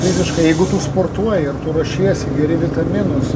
fiziškai jeigu tu sportuoji ruošiesi geri vitaminus